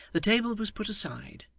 the table was put aside,